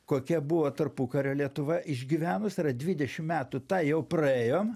kokia buvo tarpukario lietuva išgyvenus dvidešim metų tą jau praėjom